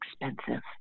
expensive